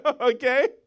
okay